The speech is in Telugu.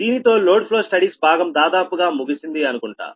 దీనితో లోడ్ ఫ్లో స్టడీస్ భాగం దాదాపుగా ముగిసింది అనుకుంటా